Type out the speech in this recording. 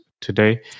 today